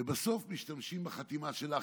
ובסוף משתמשים בחתימה שלך,